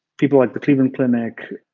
people like the cleveland clinic,